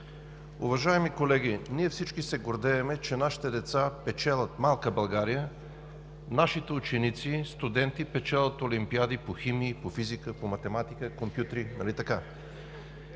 Уважаеми колеги, всички се гордеем, че нашите деца печелят, в малка България нашите ученици и студенти печелят олимпиади по химия, физика, математика, компютри, нали така?!